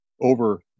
over